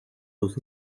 los